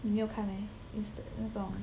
你没有看 meh Insta 那种